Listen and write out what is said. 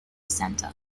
center